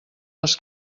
les